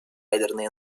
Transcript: ядерной